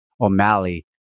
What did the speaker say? O'Malley